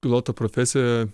piloto profesija